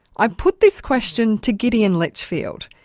i put this question to gideon lichfield.